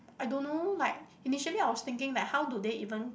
I don't know like initially I was thinking like how do they even